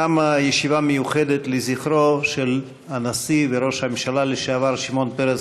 תמה הישיבה המיוחדת לזכרו של הנשיא וראש הממשלה לשעבר שמעון פרס,